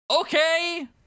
Okay